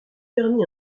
permis